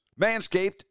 Manscaped